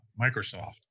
Microsoft